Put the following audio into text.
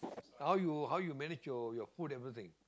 how you how you manage your your food everything